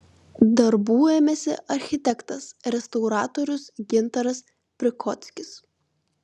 darbų ėmėsi architektas restauratorius gintaras prikockis